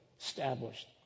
established